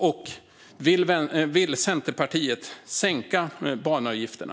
Och vill Centerpartiet sänka banavgifterna?